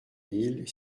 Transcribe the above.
mille